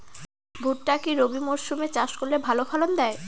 ভুট্টা কি রবি মরসুম এ চাষ করলে ভালো ফলন দেয়?